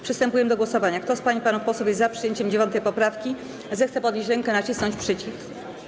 Przystępujemy do głosowania, Kto z pań i panów posłów jest za przyjęciem 9. poprawki, zechce podnieść rękę i nacisnąć przycisk.